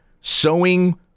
sowing